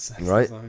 right